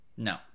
No